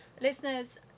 Listeners